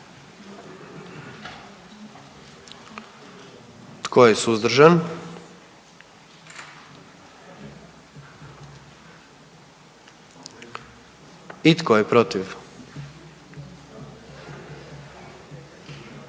Tko je suzdržan? I tko je protiv?